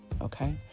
okay